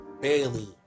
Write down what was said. Bailey